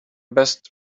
best